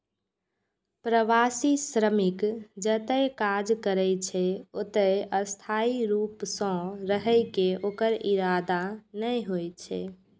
प्रवासी श्रमिक जतय काज करै छै, ओतय स्थायी रूप सं रहै के ओकर इरादा नै होइ छै